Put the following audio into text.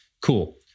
Cool